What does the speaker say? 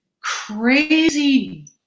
crazy